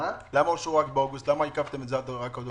למה עיכבתם את זה עד אוגוסט?